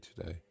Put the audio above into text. today